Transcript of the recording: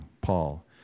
Paul